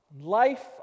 life